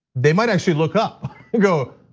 they might actually look up and go,